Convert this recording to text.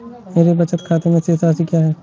मेरे बचत खाते में शेष राशि क्या है?